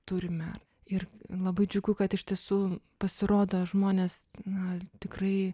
turime ir labai džiugu kad iš tiesų pasirodo žmonės na tikrai